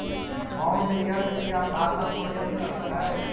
bond yield की अवधारणा थोड़ी अधिक स्तर हई